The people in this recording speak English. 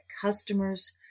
customers